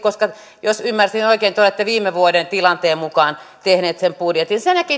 koska jos ymmärsin oikein te olette viime vuoden tilanteen mukaan tehneet sen budjetin sen takia